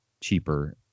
cheaper